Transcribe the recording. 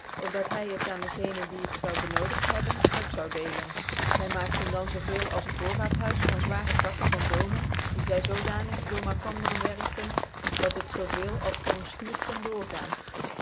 op dat hy het aan den gecnen die het zoude bcnodiqc hebben uit zoude deelcn zy maakte dan zoo veel als een voorraathuis van zwaare takken van boomcn die zy zoodanig door malkanderen werkte dat het zoo veel als voor een schuur kondc doorgaan